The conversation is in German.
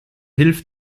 hilf